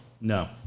No